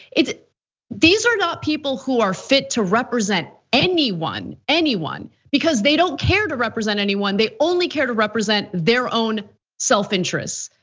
these are not people who are fit to represent anyone, anyone because they don't care to represent anyone. they only care to represent their own self-interest.